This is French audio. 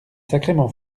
sacrément